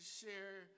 share